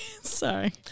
sorry